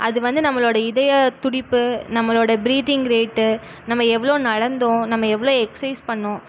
அது வந்து நம்மளோடய இதய துடிப்பு நம்மளோடய பிரீத்திங் ரேட்டு நம்ம எவ்வளோ நடந்தோம் நம்ம எவ்வளோ எக்ஸைஸ் பண்ணோம்